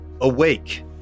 awake